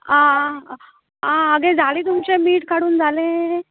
आं आं आगे जालें तुमचें मीठ काडून जालें